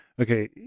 okay